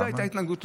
לזה הייתה התנגדות.